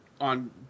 on